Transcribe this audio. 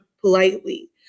politely